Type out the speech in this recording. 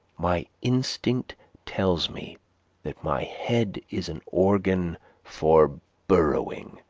my instinct tells me that my head is an organ for burrowing,